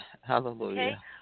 Hallelujah